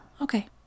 Okay